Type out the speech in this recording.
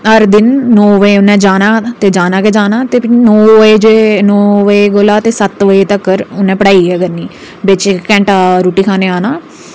हर दिन नौ बजे उन्नै जाना ते जाना गै जाना ते भी नौ बजे नौ बजे कोला ते सत्त बजे तक्कर उन्नै पढ़ाई गै करनी बिच इक घैंटा रुट्टी खाने ई औना